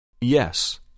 Yes